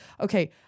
Okay